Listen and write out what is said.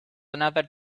another